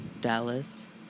Dallas